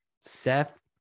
Seth